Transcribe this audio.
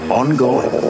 ongoing